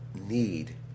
need